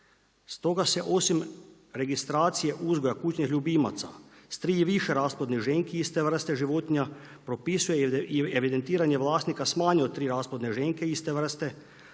Stoga se osim registracije uzgoja kućnih ljubimaca, s tri i više rasplodnih ženki iste vrste životinja propisuje i evidentiranjem vlasnika sa manje od tri rasplodne ženke iste vrste,